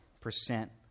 percent